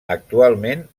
actualment